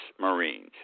Marines